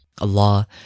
Allah